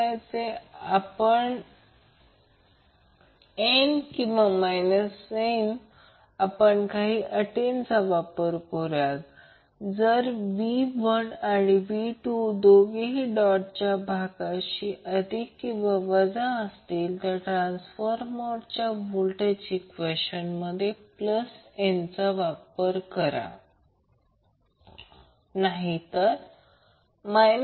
त्याचप्रमाणे ω2 Z2 वर √ 2 √ 2 R असेल आणि 45° असेल म्हणून ω1I1 वर तो V कोन 0° असेल हे व्होल्टेज रेफरन्स इम्पिडन्स √ 2 R कोन 45° आहे जे V√ 2 R आणि कोन 45° होईल